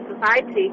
society